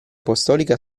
apostolica